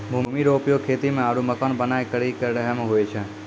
भूमि रो उपयोग खेती मे आरु मकान बनाय करि के रहै मे हुवै छै